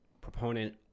proponent